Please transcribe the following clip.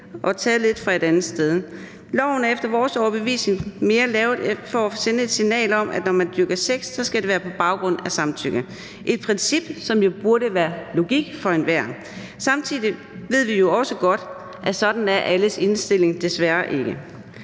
og taget lidt fra et andet sted. Loven er efter vores overbevisning mere lavet for at sende et signal om, at når man dyrker sex, skal det være på baggrund af samtykke. Det er et princip, som jo burde være logik for enhver. Samtidig ved vi jo også godt, at sådan er alles indstilling desværre ikke.